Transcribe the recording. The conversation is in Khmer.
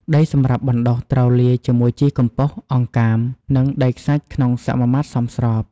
ដីសម្រាប់បណ្តុះត្រូវលាយជាមួយជីកំប៉ុស្ត អង្កាម និងដីខ្សាច់ក្នុងសមាមាត្រសមស្រប។